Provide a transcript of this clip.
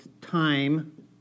time